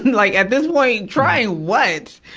like, at this point, trying what?